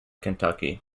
kentucky